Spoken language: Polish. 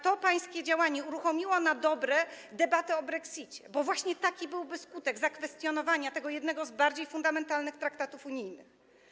To pańskie działanie uruchomiło na dobre debatę o brexicie, bo właśnie taki byłby skutek zakwestionowania jednego z bardziej fundamentalnych traktatów unijnych.